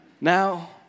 Now